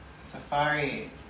safari